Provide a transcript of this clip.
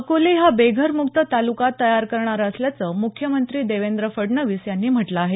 अकोले हा बेघर मुक्त तालुका तयार करणार असल्याचं मुख्यमंत्री देवेंद्र फडणवीस यांनी म्हटलं आहे